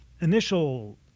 initial